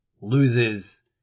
loses